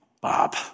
Bob